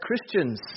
Christians